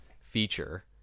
feature